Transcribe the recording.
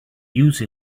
use